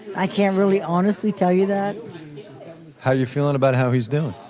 i can't really honestly tell you that how you feeling about how he's doing?